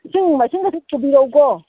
ꯏꯁꯤꯡ ꯃꯥꯏꯁꯤꯡꯒꯁꯨ ꯄꯨꯕꯤꯔꯛꯎꯀꯣ